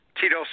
Tito